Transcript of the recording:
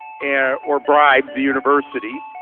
and or bribe the university.